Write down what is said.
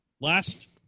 last